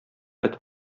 этеп